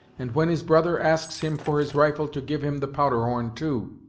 and when his brother asks him for his rifle to give him the powder horn, too.